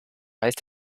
heißt